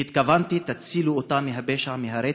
והתכוונתי: תצילו אותם מהפשע, מהרצח,